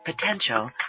potential